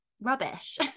rubbish